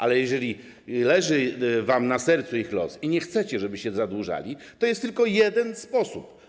Ale jeżeli leży wam na sercu ich los i nie chcecie, żeby się zadłużali, to jest tylko jeden sposób.